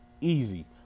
Easy